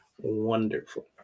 Wonderful